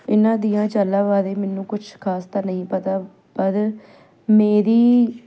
ਇਹਨਾਂ ਦੀਆਂ ਚਾਲਾਂ ਬਾਰੇ ਮੈਨੂੰ ਕੁਛ ਖ਼ਾਸ ਤਾਂ ਨਹੀਂ ਪਤਾ ਪਰ ਮੇਰੀ